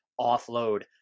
offload